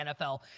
NFL